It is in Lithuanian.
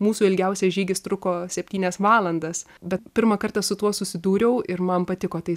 mūsų ilgiausias žygis truko septynias valandas bet pirmą kartą su tuo susidūriau ir man patiko tai